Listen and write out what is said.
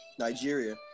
Nigeria